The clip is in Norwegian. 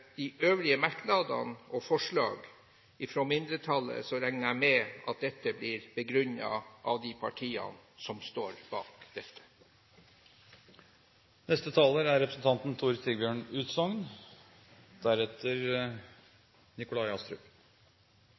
de øvrige merknader og forslag fra mindretallet, regner jeg med at dette blir begrunnet av de partiene som står bak dette. Det er